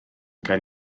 gael